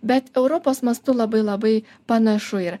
bet europos mastu labai labai panašu yra